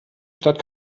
stadt